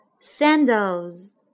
sandals